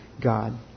God